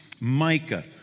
Micah